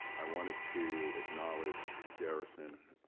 i wanted to acknowledge garrison